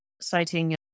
citing